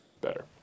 better